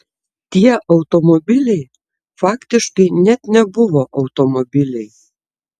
tie automobiliai faktiškai net nebuvo automobiliai